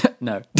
no